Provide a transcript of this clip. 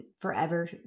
forever